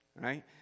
Right